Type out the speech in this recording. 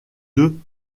deux